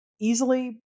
easily